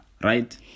right